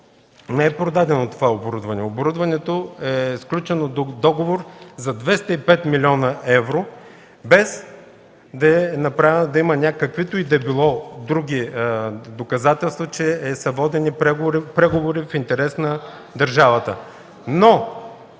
не е продадено това оборудване. За оборудването е сключен договор за 205 млн. евро, без да има каквито и да било други доказателства, че са водени преговори в интерес на държавата. Но